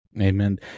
amen